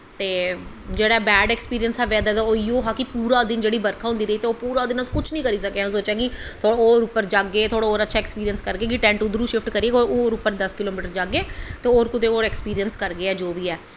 ते जेह्ड़ा bad experience हा बैद्दर दा ते ओह् इयो हा कि पुरा दिन जेह्ड़ी बरखा होंदी रेही ते अस कुछ निं करी सके थोह्ड़ा होर उप्पर जाह्गे होर अच्चा ऐक्सपिरिंस करगे टैंट उद्धरां शिफ्ट करियै होर दस किलो मीटर होर उप्पर ते होर कुसै ऐक्सपिरिंस करगे कुसै